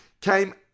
came